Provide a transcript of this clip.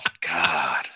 God